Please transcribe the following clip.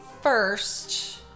First